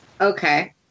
Okay